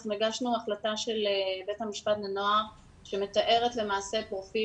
אנחנו הגשנו החלטה של בית המשפט לנוער שמתארת למעשה פרופיל